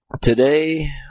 Today